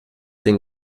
den